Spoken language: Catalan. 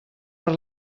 per